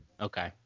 Okay